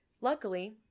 Luckily